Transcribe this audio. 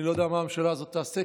אני לא יודע מה הממשלה הזאת תעשה.